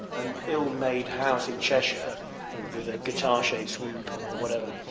an ill-made house in cheshire with a guitar shaped swimming pool or whatever.